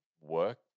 work